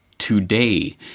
Today